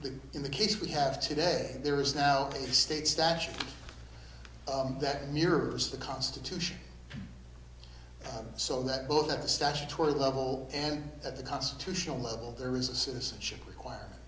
the in the case we have today there is now a state statute that mirrors the constitution so that book at the statutory level and at the constitutional level there is a citizenship require